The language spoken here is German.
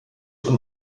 und